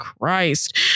Christ